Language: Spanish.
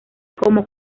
como